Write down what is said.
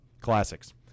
classics